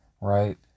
right